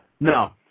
No